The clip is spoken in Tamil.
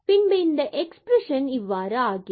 எனவே பின்பு இந்த எக்ஸ்பிரஷன்கள் இவ்வாறு ஆகிறது